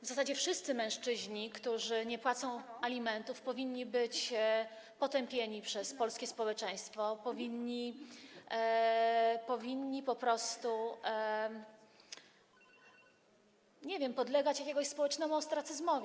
W zasadzie wszyscy mężczyźni, którzy nie płacą alimentów, powinni być potępieni przez polskie społeczeństwo, powinni po prostu, nie wiem, podlegać jakiemuś społecznemu ostracyzmowi.